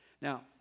Now